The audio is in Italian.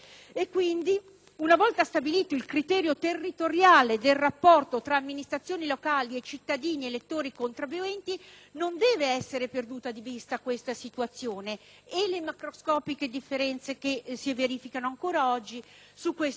una volta stabilito il criterio territoriale del rapporto tra amministrazioni locali e cittadini elettori-contribuenti, non devono essere perdute di vista questa situazione e le macroscopiche differenze che ancora oggi si verificano su questo argomento.